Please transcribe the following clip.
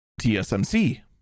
TSMC